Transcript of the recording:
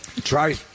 Try